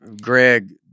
Greg